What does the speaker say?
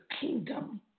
kingdom